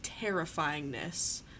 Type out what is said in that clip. terrifyingness